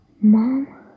Mom